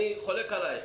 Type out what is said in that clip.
אני חולק עליך.